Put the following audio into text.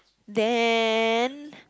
then